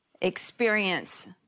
experience